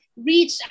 reach